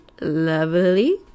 lovely